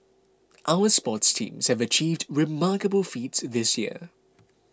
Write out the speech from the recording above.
our sports teams have achieved remarkable feats this year